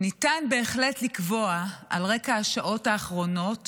ניתן בהחלט לקבוע על רקע השעות האחרונות